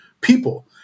people